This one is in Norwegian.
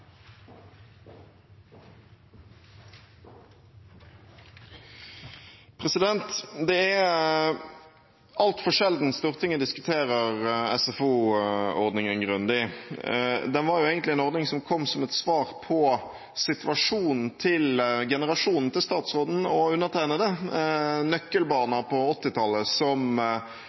altfor sjelden Stortinget diskuterer SFO-ordningen grundig. Det var egentlig en ordning som kom som et svar på situasjonen til generasjonen til statsråden og undertegnede, nøkkelbarna på 80-tallet, som